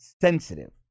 sensitive